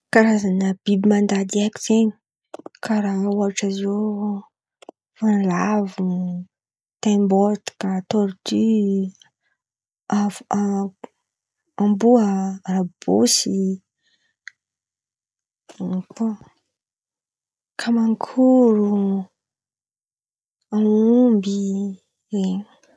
Karazan̈a biby mandady haiko zen̈y karà ôhatra zio ty: valavo, taimbotraka, torty, a- a- amboa, rabosy kamankôro, aomby zen̈y.